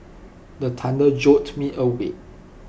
the thunder jolt me awake